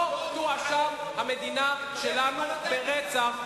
לא תואשם המדינה שלנו ברצח.